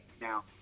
now